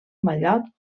mallot